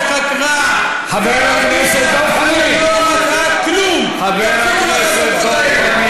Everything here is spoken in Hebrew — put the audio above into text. וחקרה, היא לא מצאה כלום, חבר הכנסת דב חנין.